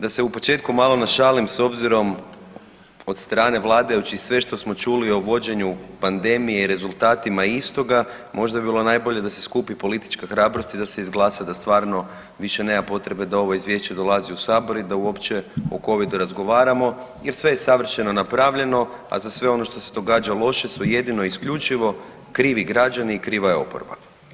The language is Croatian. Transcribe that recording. Da se u početku malo našalim s obzirom od strane vladajućih, sve što smo čuli o vođenju pandemije i rezultatima istoga, možda bi bilo najbolje da se skupi politička hrabrost i da se izglasa da stvarno više nema potrebe da ovo Izvješće dolazi u Sabor i da uopće o Covidu razgovaramo jer sve je savršeno napravljeno, a za sve ono što se događa loše su jedino isključivo krivi građani i kriva je oporba.